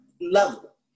level